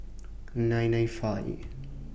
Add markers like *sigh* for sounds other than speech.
nine nine five *noise*